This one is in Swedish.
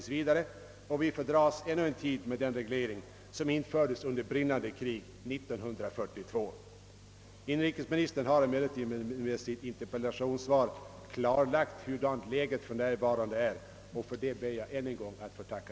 Vi får ännu en tid dras med den reglering som infördes under brinnande krig 1942. Inrikesministern har emellertid med sitt interpellationssvar klarlagt hurudant läget för närvarande är, och härför ber jag än en gång att få tacka.